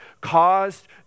caused